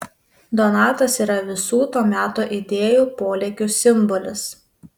donatas yra visų to meto idėjų polėkių simbolis